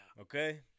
Okay